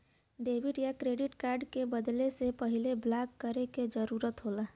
debit या credit card के बदले से पहले ब्लॉक करे क जरुरत होला